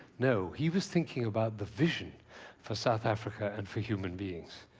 no, he was thinking about the vision for south africa and for human beings.